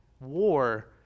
war